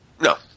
No